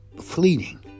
fleeting